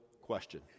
question